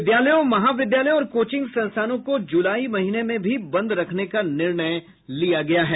विद्यालयों महाविद्यालयों और कोचिंग संस्थानों को जुलाई महीने में भी बंद रखने का निर्णय लिया गया है